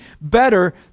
better